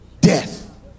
death